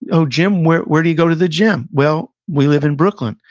oh, gym, where where do you go to the gym? well, we live in brooklyn.